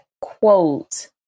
quote